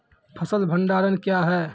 फसल भंडारण क्या हैं?